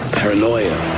paranoia